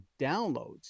downloads